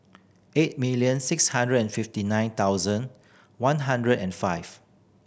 eight million six hundred and fifty nine thousand one hundred and five